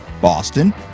Boston